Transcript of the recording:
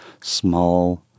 small